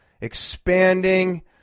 expanding